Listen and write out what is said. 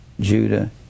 Judah